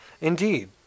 Indeed